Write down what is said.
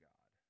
God